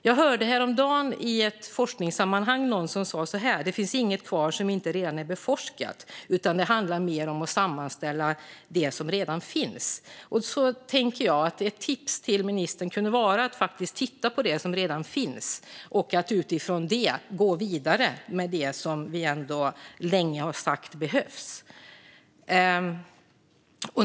Jag hörde häromdagen i ett forskningssammanhang någon säga: Det finns inget kvar som inte redan är beforskat, utan det handlar mer om att sammanställa det som redan finns. Ett tips till ministern skulle kunna vara att faktiskt titta på det som redan finns och att utifrån det gå vidare med det som vi ändå länge har sagt behövs.